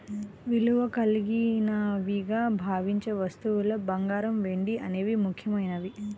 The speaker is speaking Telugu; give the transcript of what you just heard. విలువ కలిగినవిగా భావించే వస్తువుల్లో బంగారం, వెండి అనేవి ముఖ్యమైనవి